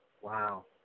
Wow